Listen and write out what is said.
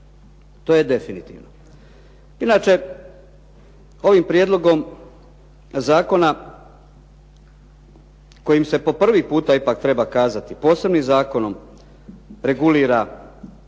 To je definitivno. Inače ovim prijedlogom zakona kojim se po prvi puta ipak treba kazati posebnim zakonom regulira